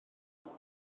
faint